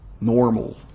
normal